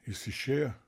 jis išėjo